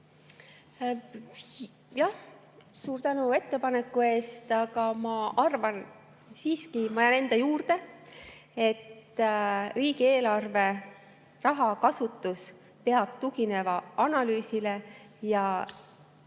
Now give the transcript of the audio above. Suur tänu ettepaneku eest! Aga ma siiski jään enda juurde, et riigieelarve raha kasutus peab tuginema analüüsile ja